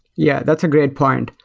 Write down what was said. yeah, that's a great point.